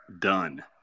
done